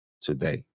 today